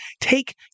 take